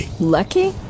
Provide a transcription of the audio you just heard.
Lucky